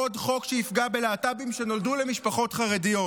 עוד חוק שיפגע בלהט"בים שנולדו למשפחות חרדיות,